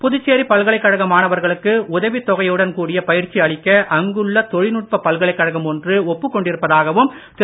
புதுச்சேரி பல்கலைக் கழக மாணவர்களுக்கு உதவித் தொகையுடன் கூடிய பயிற்சி அளிக்க அங்குள்ள தொழில்நுட்பப் பல்கலைக்கழகம் ஒன்று ஒப்புக் கொண்டிருப்பதாவும் திரு